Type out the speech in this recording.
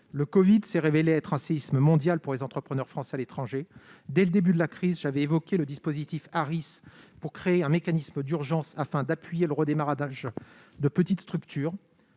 Le covid s'est révélé être un séisme mondial pour les entrepreneurs français à l'étranger. Dès le début de la crise, j'avais évoqué le dispositif Harris destiné à créer un mécanisme d'urgence pour appuyer le redémarrage de petites structures.